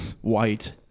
white